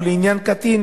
ולעניין קטין,